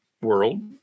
world